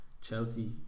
Chelsea